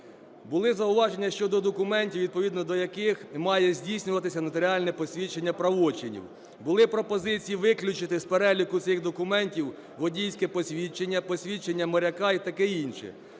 Були зауваження щодо документів, відповідно до яких має здійснюватися нотаріальне посвідчення правочинів. Були пропозиції виключити з переліку цих документів водійське посвідчення, посвідчення моряка і таке інше.